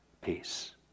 peace